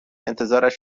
انتظارش